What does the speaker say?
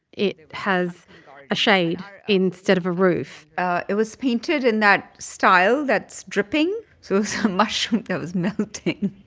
it has a shade instead of a roof ah it was painted in that style that's dripping. so it was a mushroom that was melting.